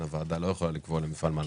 הוועדה לא יכולה לקבוע למפעל מה לעשות.